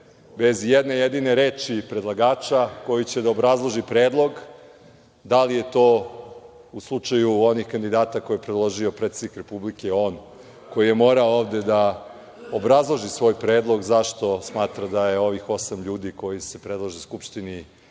bez i jedne jedine reči predlagača koji će da obrazloži predlog. Da li je to u slučaju onih kandidata koje je predložio predsednik Republike, on koji je morao ovde da obrazloži svoj predlog zašto smatra da je ovih osam ljudi koji se predlažu Skupštini